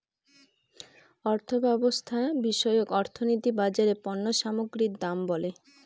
অর্থব্যবস্থা বিষয়ক অর্থনীতি বাজারে পণ্য সামগ্রীর দাম বলে